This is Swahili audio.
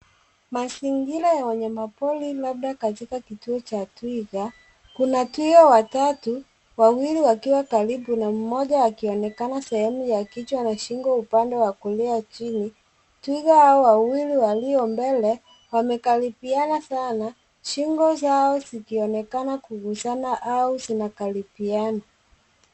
Mazingira ya wanyamapori labda katika kituo cha twiga, kuna twigs watatu, wawili wakiwa karibu na mmoja akionekana sehemu ya kichwa na shingo upande wa kulia chini. Twiga hao wawili walio mbele wamekaribiana sana, shingo zao zikionekana kugusana au zinakaribiana.